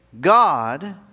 God